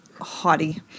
haughty